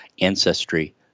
Ancestry